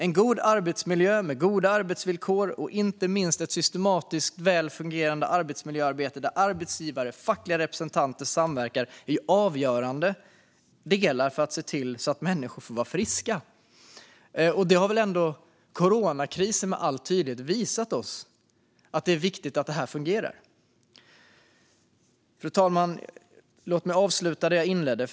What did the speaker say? En god arbetsmiljö med goda arbetsvillkor, och inte minst ett systematiskt väl fungerande arbetsmiljöarbete där arbetsgivare och fackliga representanter samverkar, är avgörande för att se till att människor får vara friska. Coronakrisen har väl med all tydlighet visat oss att det är viktigt att detta fungerar? Fru talman! Låt mig avsluta där jag inledde.